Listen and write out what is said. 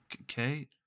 okay